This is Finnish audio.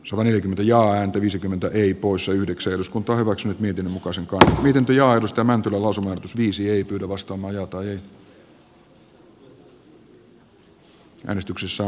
sony ja häntä viisikymmentä eri poissa yhdeksän eduskunta hyväksyi mietinnön mukaisen kehitelty ja aidosta mäntynen osuman muista ehdotuksista äänestetään erikseen mietintöä vastaan